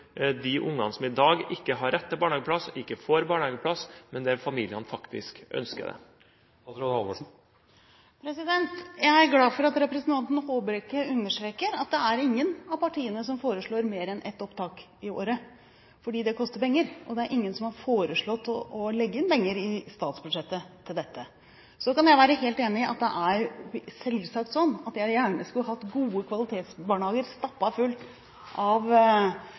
de ungene som i dag ikke har rett til barnehageplass, ikke får barnehageplass, men der familiene faktisk ønsker det? Jeg er glad for at representanten Håbrekke understreker at det er ingen av partiene som foreslår mer enn ett opptak i året, fordi det koster penger, og det er ingen som har foreslått å legge inn penger i statsbudsjettet til dette. Så kan jeg være helt enig i at det selvsagt er sånn at jeg gjerne skulle hatt gode kvalitetsbarnehager stappa fulle av